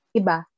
iba